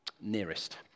nearest